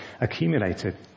accumulated